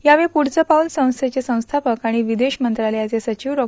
यावेळी पुढचं पाऊल संस्थेचे संस्थापक तथा विदेश मंत्रालयाचे सचिव डॉ